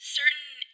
Certain